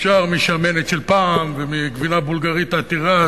אפשר מ"שמנת של פעם" ומגבינה בולגרית עתירה,